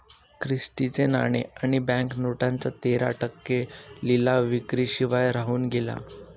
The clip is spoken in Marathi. क्रिस्टी चे नाणे आणि बँक नोटांचा तेरा टक्के लिलाव विक्री शिवाय राहून गेला